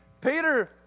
Peter